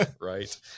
Right